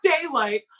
daylight